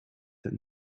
that